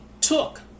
took